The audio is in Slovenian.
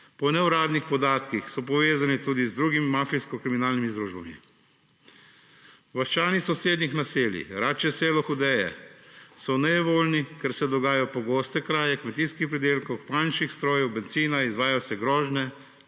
Po neuradnih podatkih so povezani tudi z drugimi mafijsko-kriminalnimi združbami. Vaščani v sosednjih naseljih Račje selo in Hudeje so nejevoljni, ker se dogajajo pogoste kraje kmetijskih pridelkov, manjših strojev, bencina, izvajajo se grožnje,